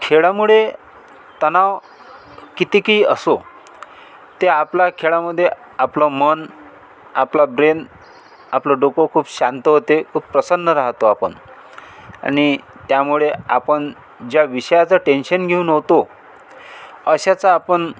खेळामुळे तणाव कितीकी असो ते आपला खेळामध्ये आपलं मन आपला ब्रेन आपलं डोकं खूप शांत होते खूप प्रसन्न राहतो आपण आणि त्यामुळे आपण ज्या विषयाचं टेंशन घेऊन होतो अशाचा आपण